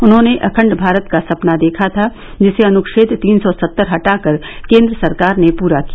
उन्होंने अखण्ड भारत का सपना देखा था जिसे अनुछेद तीन सौ सत्तर हटाकर केन्द्र सरकार ने पूरा किया